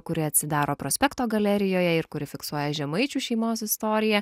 kuri atsidaro prospekto galerijoje ir kuri fiksuoja žemaičių šeimos istoriją